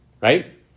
right